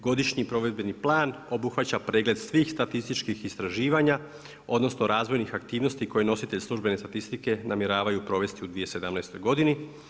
Godišnji provedbeni plan obuhvaća pregled svih statističkih istraživanja odnosno razvojnih aktivnosti koje nositelj službene statistike namjeravaju provesti u 2017. godini.